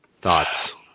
thoughts